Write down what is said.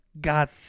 God